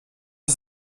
ist